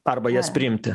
arba jas priimti